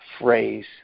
phrase